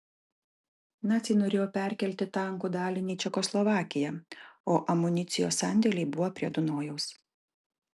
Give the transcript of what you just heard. naciai norėjo perkelti tankų dalinį į čekoslovakiją o amunicijos sandėliai buvo prie dunojaus